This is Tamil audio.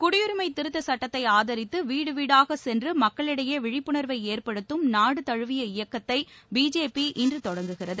குடியரிமை திருத்த சட்டத்தை ஆதரித்து வீடு வீடாகச் சென்று மக்களிடையே விழிப்புணர்வை ஏற்படுத்தும் நாழு தழுவிய இயக்கத்தை பிஜேபி இன்று தொடங்குகிறது